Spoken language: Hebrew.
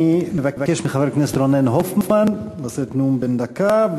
אני מבקש מחבר הכנסת רונן הופמן לשאת נאום בן דקה,